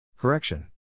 Correction